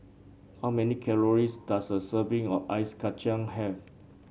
how many calories does a serving of Ice Kachang have